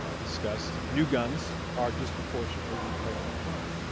ah discussed, new guns are disproportionately recovered in crime.